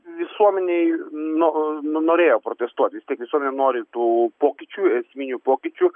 visuomenėj nu nu norėjo protestuot vis tiek visuomenė nori tų pokyčių esminių pokyčių